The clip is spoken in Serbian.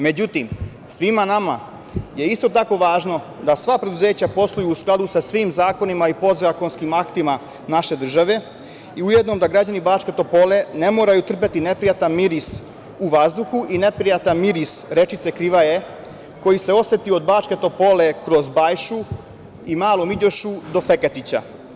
Međutim, svima nama je isto tako važno da sva preduzeća posluju u skladu sa svim zakonima i podzakonskim aktima naše države, i ujedno, da građani Bačke Topole ne moraju trpeti neprijatan miris u vazduhu i neprijatan miris rečice Krivje, koji se oseti od Bačke Topole kroz Bajšu, i Malom Iđošu do Feketića.